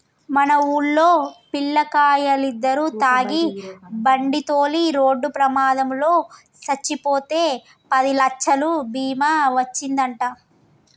మన వూల్లో పిల్లకాయలిద్దరు తాగి బండితోలి రోడ్డు ప్రమాదంలో సచ్చిపోతే పదిలచ్చలు బీమా ఒచ్చిందంట